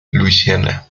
luisiana